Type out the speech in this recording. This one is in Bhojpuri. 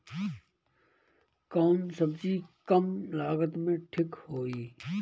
कौन सबजी कम लागत मे ठिक होई?